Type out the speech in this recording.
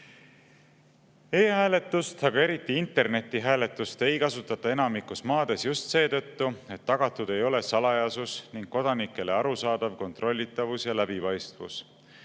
E-hääletust, aga eriti internetihääletust ei kasutata enamikus maades just seetõttu, et tagatud ei ole salajasus ning kodanikele arusaadav kontrollitavus ja läbipaistvus.